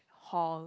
hall